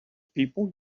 people